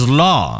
law